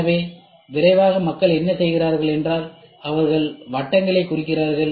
எனவே விரைவாக மக்கள் என்ன செய்கிறார்கள் என்றால் அவர்கள் வட்டங்களை குறிக்கிறார்கள்